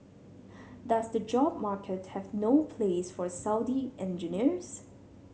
does the job market have no place for Saudi engineers